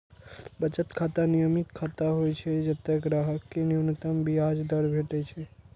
बचत खाता नियमित खाता होइ छै, जतय ग्राहक कें न्यूनतम ब्याज दर भेटै छै